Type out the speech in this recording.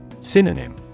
Synonym